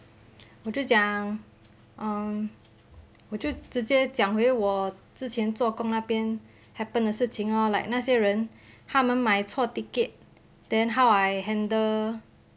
我就讲 um 我就直接讲回我之前做工那边 happen 的事情 lor like 那些人他们买错 ticket then how I handle